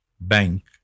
bank